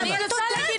היא עוד לא ענתה לך.